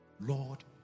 Lord